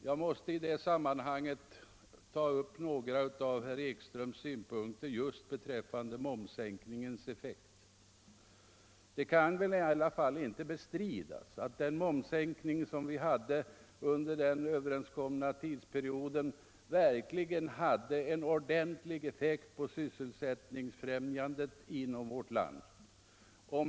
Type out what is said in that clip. Jag måste i det här sammanhanget få ta upp några av herr Ekströms synpunkter beträffande momssänkningens effekt. Det kan i alla fall inte bestridas att den momssänkning vi införde under den överenskomna tidsperioden verkligen hade en ordentlig sysselsättningsbefrämjande effekt inom vårt land.